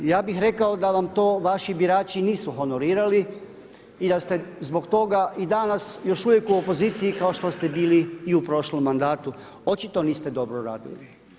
Ja bih rekao da vam to vaši birači nisu honorirali i da ste zbog toga i danas još uvijek u opoziciji kao što ste bili i u prošlom mandatu, očito niste dobro radili.